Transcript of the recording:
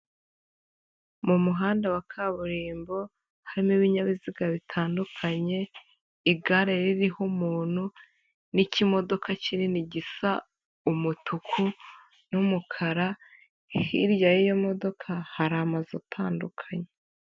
Mu muhanda wa kaburimbo harimo ibinyabiziga bitandukanye, igare ririho umuntu n'ikimodoka kinini gisa umutuku n'umukara, hirya y'iyo modoka hari amazu atandukanye.